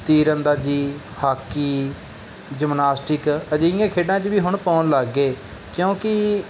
ਤੀਰ ਅੰਦਾਜ਼ੀ hockey gymnastic ਅਜਿਹੀਆਂ ਖੇਡਾਂ 'ਚ ਵੀ ਹੁਣ ਪਾਉਣ ਲੱਗ ਗਏ ਕਿਉਂਕਿ